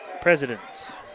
presidents